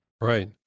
Right